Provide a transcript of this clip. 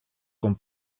con